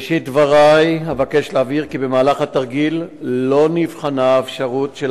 בראשית דברי אבקש להבהיר כי במהלך התרגיל לא נבחנה האפשרות של